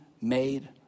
made